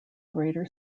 greater